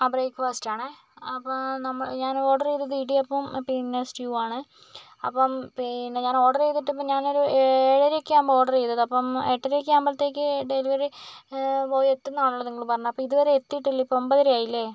ആ ബ്രേക്ക്ഫാസ്റ്റ് ആണേ അപ്പോൾ ആ നമ്മ ഞാനോർഡർ ചെയ്തത് ഇടിയപ്പവും പിന്നെ സ്റ്റുവുമാണ് അപ്പം പിന്നെ ഞാന് ഓർഡർ ചെയ്തിട്ടിപ്പം ഞാനൊരു ഏഴര ഒക്കെ ആവുമ്പം ഓർഡർ ചെയ്തതാണെ അപ്പം എട്ടര ഒക്കെ ആകുമ്പത്തേക്ക് ഡെലിവറി ബോയി എത്തും എന്നാണല്ലൊ നിങ്ങള് പറഞ്ഞത് അപ്പോൾ ഇതുവരെ എത്തിയിട്ടില്ല ഇപ്പോൾ ഒമ്പതര ആയില്ലേ